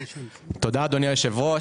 תודה אדוני יושב הראש.